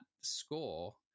score